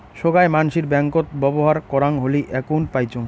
সোগায় মানসির ব্যাঙ্কত ব্যবহর করাং হলি একউন্ট পাইচুঙ